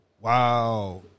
Wow